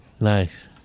Nice